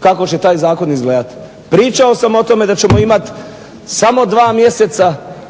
kako će taj zakon izgledati. Pričao sam o tome da ćemo imati samo dva mjeseca